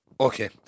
Okay